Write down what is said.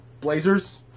blazers